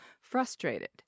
frustrated